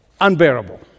unbearable